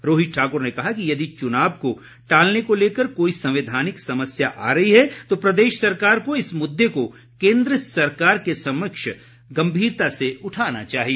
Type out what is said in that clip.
रोहित ठाकुर ने कहा कि यदि चुनाव को टालने को लेकर कोई संवैधानिक समस्या आ रही है तो प्रदेश सरकार को इस मुद्दे को केन्द्र सरकार के समक्ष गम्भीरता से उठाना चाहिए